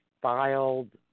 filed